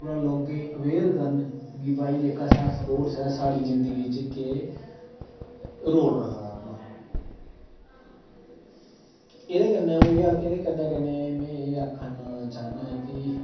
थोह्ड़ा लोकें गी अवेयर करन कि भाई जेह्का साढ़ा स्पोर्टस ऐ साढ़ी जिन्दगी च केह् रोल रखदा ऐ अपना एह्दे कन्ने कन्ने में एह् आखना चाह्ना चाह्ना कि